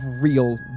real